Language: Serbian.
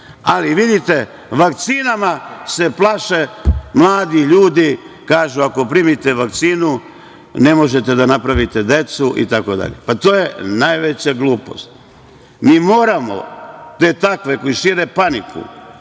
Ali, vidite, vakcina se plaše mladi ljudi. Kažu – ako primite vakcinu, ne možete da napravite decu itd. Pa, to je najveća glupost. Mi moramo te takve, koji šire paniku